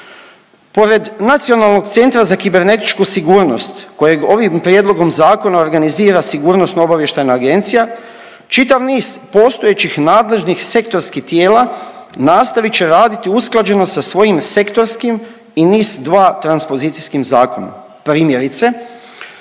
Pored Nacionalnog centra za kibernetičku sigurnosti kojeg ovim prijedlogom zakona organizira SOA čitav niz postojećih nadležnih sektorskih tijela nastavit će raditi usklađeno sa svojim sektorskim i NIS2 transpozicijskim zakonom. Primjerice,